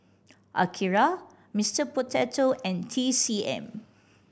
Akira Mister Potato and T C M